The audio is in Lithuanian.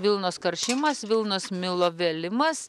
vilnos karšimas vilnos milo vėlimas